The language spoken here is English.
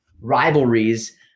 rivalries